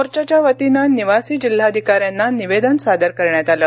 मोर्चाच्या वतीनं निवासी जिल्हाधिकाऱ्यांना निवेदन सादर करण्यात आलं